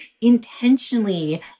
intentionally